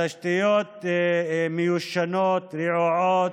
התשתיות מיושנות, רעועות,